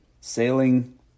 sailing